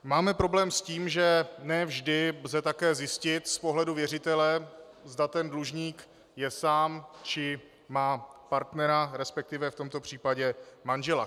Máme problém s tím, že ne vždy lze také zjistit z pohledu věřitele, zda ten dlužník je sám či má partnera, resp. v tomto případě manžela.